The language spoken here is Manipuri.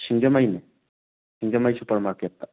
ꯁꯤꯡꯖꯃꯩꯅꯦ ꯁꯤꯡꯖꯃꯩ ꯁꯨꯄꯔ ꯃꯥꯔꯀꯦꯠꯇ